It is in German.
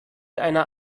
einer